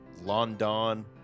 London